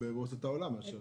בבורסות העולם.